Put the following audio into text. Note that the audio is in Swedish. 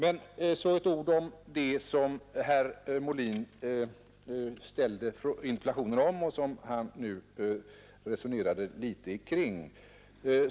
Så några ord om det som herr Molins interpellation gällde och som han nu resonerade litet kring.